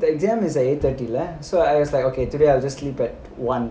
the exam is eight thirty so I was like okay today I will sleep at one